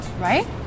Right